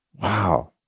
Wow